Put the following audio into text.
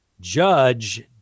Judge